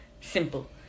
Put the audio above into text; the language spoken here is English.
simple